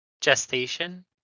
Gestation